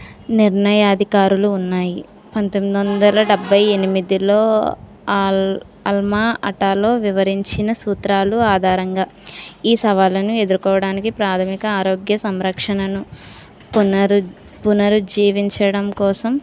నిర్ణయాధికారులు ఉన్నాయి పంతొమ్మిది వందల డెబ్భై ఎనిమిదిలో అ అల్మా అటాలో వివరించిన సూత్రాలు ఆధారంగా ఈ సవాలను ఎదుర్కోవడానికి ప్రాథమిక ఆరోగ్య సంరక్షణను పునరు పునఃజీవించడం కోసం